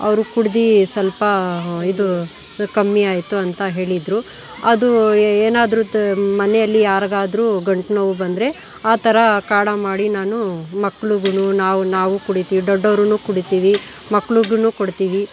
ಅವರು ಕುಡ್ದು ಸ್ವಲ್ಪ ಇದು ಕಮ್ಮಿ ಆಯಿತು ಅಂತ ಹೇಳಿದರು ಅದು ಎ ಏನಾದರೂ ಮನೆಯಲ್ಲಿ ಯಾರಿಗಾದ್ರೂ ಗಂಟ್ಲು ನೋವು ಬಂದರೆ ಆ ಥರ ಕಾಢಾ ಮಾಡಿ ನಾನು ಮಕ್ಳಗು ನಾವು ನಾವು ಕುಡಿತೀವಿ ದೊಡ್ಡವ್ರುನು ಕುಡಿತೀವಿ ಮಕ್ಳಗು ಕೊಡ್ತೀವಿ